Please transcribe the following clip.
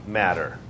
matter